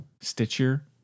Stitcher